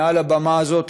מעל הבמה הזאת,